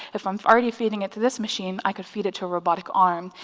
if i'm already feeding it to this machine i could feed it to a robotic arm,